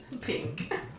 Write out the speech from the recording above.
Pink